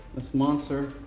this monster,